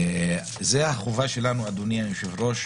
זאת החובה שלנו, אדוני היושב-ראש,